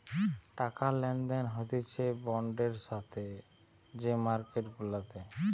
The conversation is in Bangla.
টাকা লেনদেন হতিছে বন্ডের সাথে যে মার্কেট গুলাতে